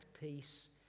peace